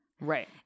Right